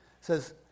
says